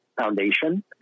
foundation